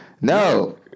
No